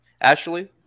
ashley